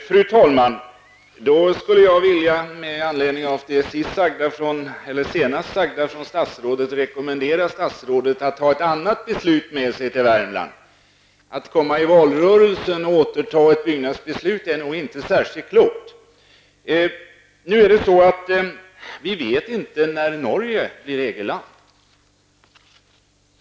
Fru talman! Med anledning av det senast sagda från statsrådet skulle jag vilja rekommendera statsrådet att ta ett annat beslut med sig till Värmland. Att i valrörelsen komma med ett återtaget byggnadsbeslut är nog inte särskilt klokt. Vi vet inte när Norge blir EG-land.